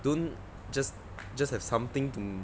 don't just just have something to